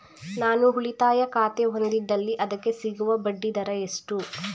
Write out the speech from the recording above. ನಾನು ಉಳಿತಾಯ ಖಾತೆ ಹೊಂದಿದ್ದಲ್ಲಿ ಅದಕ್ಕೆ ಸಿಗುವ ಬಡ್ಡಿ ದರ ಎಷ್ಟು?